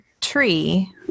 tree